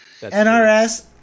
NRS